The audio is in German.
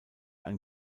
ein